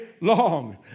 long